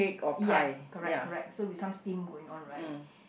ya correct correct so with some steam going on right